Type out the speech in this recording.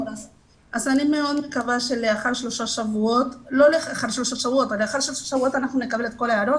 אני מאוד מקווה שלאחר שלושה שבועות אנחנו נקבל את כל ההערות